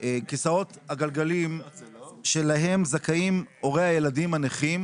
כיסאות הגלגלים שלהם זכאים הורי הילדים הנכים,